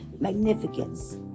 magnificence